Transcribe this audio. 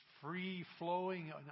free-flowing